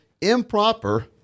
improper